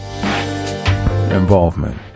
involvement